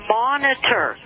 monitor